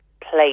place